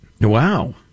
Wow